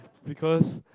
because